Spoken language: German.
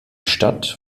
stadt